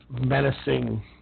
menacing